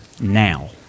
now